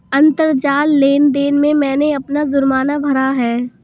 अंतरजाल लेन देन से मैंने अपना जुर्माना भरा